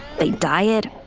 they diet,